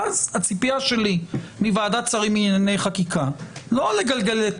ואז הציפייה שלי מוועדת השרים לענייני חקיקה היא לא לגלגל את